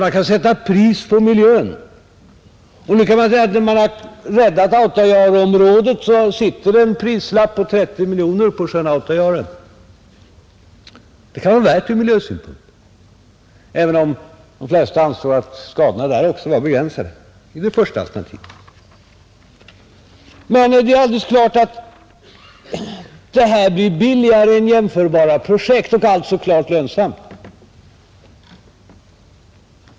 Man kan sätta pris på miljön och då kan det sägas att om man har räddat Autajaureområdet, så sitter det en prislapp på 30 miljoner kronor på sjön Autajaure. Det kan det vara värt ur miljösynpunkt, även om många ansåg att skadorna var begränsade också i det första alternativet. Det är alldeles klart att detta blir billigare än jämförbara projekt och alltså klart lönsamt.